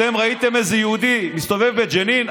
אתם ראיתם איזה יהודי מסתובב בג'נין?